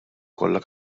kollha